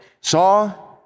saw